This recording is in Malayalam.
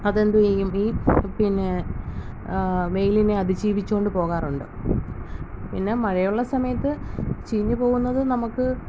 അതെന്ത് ചെയ്യും ഈ പിന്നെ വെയിലിനെ അതിജീവിച്ചുകൊണ്ട് പോകാറുണ്ട് പിന്നെ മഴയുള്ള സമയത്ത് ചീഞ്ഞു പോകുന്നത് നമുക്ക്